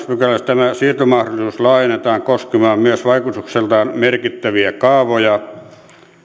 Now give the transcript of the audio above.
pykälässä tämä siirtomahdollisuus laajennetaan koskemaan myös vaikutukseltaan merkittäviä kaavoja